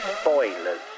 spoilers